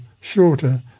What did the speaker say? shorter